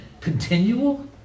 continual